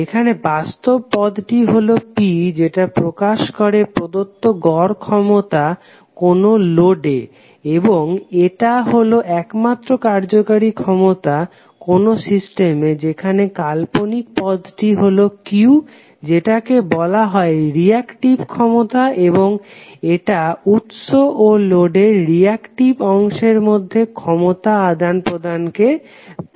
এখানে বাস্তব পদটি হলো P যেটা প্রকাশ করে প্রদত্ত গড় ক্ষমতা কোনো লোডে এবং এটা হলো একমাত্র কার্যকারী ক্ষমতা কোনো সিস্টেমে যেখানে কাল্পনিক পদটি হলো Q যেটাকে বলা হয় রিঅ্যাক্টিভ ক্ষমতা এবং এটা উৎস ও লোডের রিঅ্যাক্টিভ অংশের মধ্যে ক্ষমতা আদান প্রদান কে করে